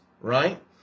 right